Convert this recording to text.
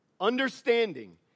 Understanding